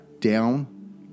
down